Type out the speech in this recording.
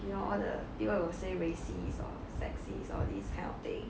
you know all the people will say racist or sexist or these kind of thing